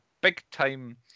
Big-time